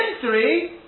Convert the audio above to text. three